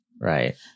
Right